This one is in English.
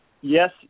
yes